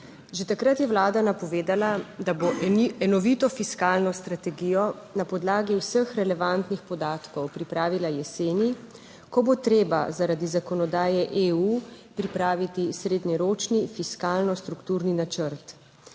Že takrat je Vlada napovedala, da bo enovito fiskalno strategijo na podlagi vseh relevantnih podatkov pripravila jeseni, ko bo treba zaradi zakonodaje EU pripraviti srednjeročni fiskalno strukturni načrt.